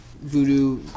voodoo